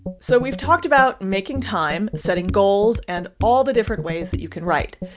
so we've talked about making time, setting goals and all the different ways that you can write.